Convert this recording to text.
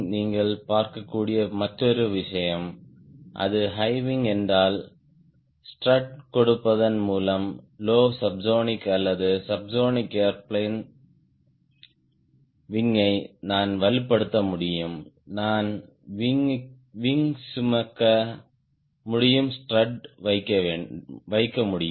நீங்கள் பார்க்கக்கூடிய மற்றொரு விஷயம் அது ஹை விங் என்றால் ஸ்ட்ரட் கொடுப்பதன் மூலம் லோ சப்ஸோனிக் அல்லது சப்ஸோனிக் ஏர்பிளேன் விங் யை நான் வலுப்படுத்த முடியும் நான் விங் சுமக்க முடியும் ஸ்ட்ரட் வைக்க முடியும்